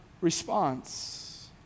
response